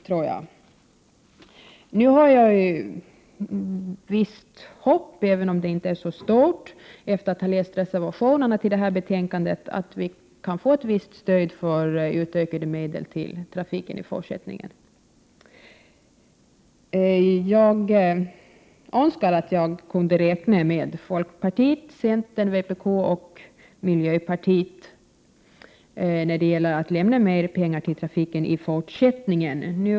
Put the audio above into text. Nu har jag visst hopp — även om det inte är så stort — efter att ha läst reservationerna till betänkandet, om att få ett visst stöd för utökade medel till trafiken i fortsättningen. Jag önskar att jag kunde räkna med folkpartiet, centern, vpk och miljöpartiet på den punkten.